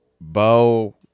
Bo